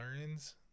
learns